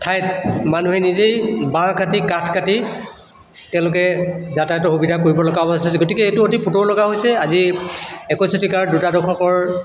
ঠাইত মানুহে নিজেই বাঁহ কাটি কাঠ কাটি তেওঁলোকে যাতায়াতৰ সুবিধা কৰিব লগা অৱস্থা হৈছে গতিকে এইটো অতি পুতৌ লগা হৈছে আজি একৈছ শতিকাৰ দুটা দশকৰ